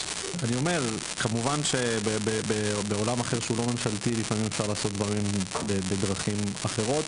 כמובן שבעולם אחר שהוא לא ממשלתי לפעמים אפשר לעשות דברים בדרכים אחרות.